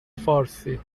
فارسی